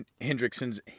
Hendrickson's